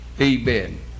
Amen